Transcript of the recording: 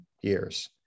years